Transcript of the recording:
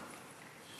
ההצעה להעביר את הצעת